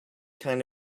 kind